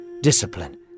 discipline